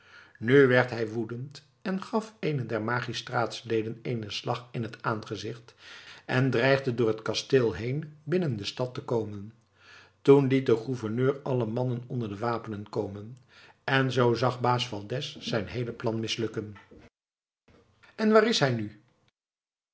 nu werd hij woedend en gaf eenen der magistraats leden eenen slag in het aangezicht en dreigde door het kasteel heen binnen de stad te komen toen liet de gouverneur alle mannen onder de wapenen komen en zoo zag baas valdez zijn heele plan mislukken en waar is hij nu